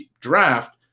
draft